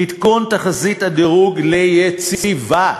עדכון תחזית הדירוג ליציבה,